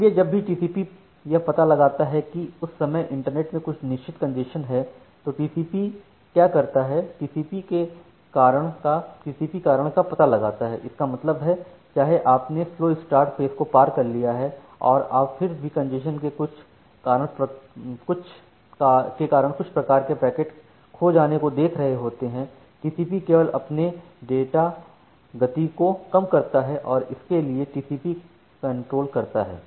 इसलिए जब भी टीसीपीयह पता लगाता है कि उस समय इंटरनेट में कुछ निश्चित कंजेशन है तो टीसीपीक्या करता है टीसीपीकंजेशन के कारण का पता लगाता है इसका मतलब है चाहे आपने स्लो स्टार्ट फेस को पार कर लिया है और आप फिर भी कंजेशन के कारण कुछ प्रकार के पैकेट खो जाने को देख रहे होते हैं टीसीपीकेवल अपने डाटा गति को कम करता है और इसके लिए टीसीपीकंजेशन कंट्रोल करता है